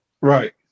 right